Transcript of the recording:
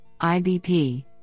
IBP